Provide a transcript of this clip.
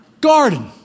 garden